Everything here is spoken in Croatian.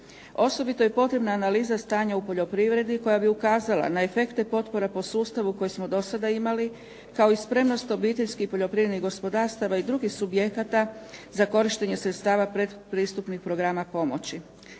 Osobito je potrebna analiza stanja u poljoprivredi koja bi ukazala na efekte potpora po sustavu koji smo do sada imali kao i spremnost obiteljskih i poljoprivrednih gospodarstava i drugih subjekata za korištenje sredstava predpristupnih programa pomoći.